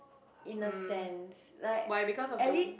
in a sense like at least